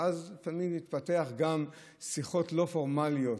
ואז תמיד התפתחו גם שיחות לא פורמליות,